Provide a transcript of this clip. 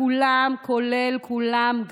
כולם כולל כולם,